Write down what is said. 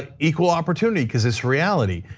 ah equal opportunity cuz it's reality.